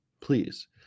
Please